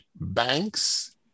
banks